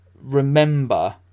remember